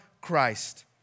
Christ